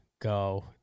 go